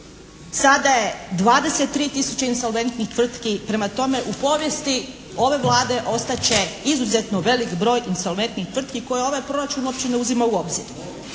sada je 23 tisuće insolventnih tvrtki. Prema tome u povijesti ove Vlade ostati će izuzetno velik broj insolventnih tvrtki koje ovaj proračun uopće ne uzima u obzir.